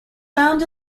found